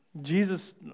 Jesus